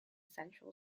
central